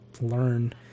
learn